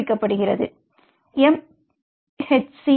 H